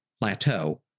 plateau